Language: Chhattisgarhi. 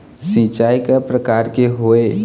सिचाई कय प्रकार के होये?